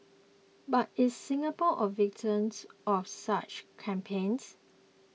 but is Singapore a victims of such campaigns